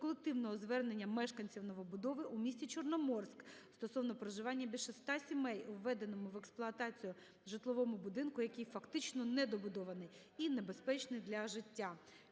колективного звернення мешканців новобудови у містіЧорноморськ стосовно проживання більше 100 сімей у введеному в експлуатацію житловому будинку, який фактично недобудований і небезпечний для життя.